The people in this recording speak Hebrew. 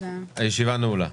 הישיבה נעולה.